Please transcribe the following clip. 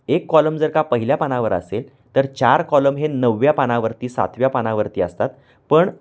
एक कॉलम जर का पहिल्या पानावर असेल तर चार कॉलम हे नवव्या पानावरती सातव्या पानावरती असतात पण